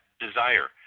desire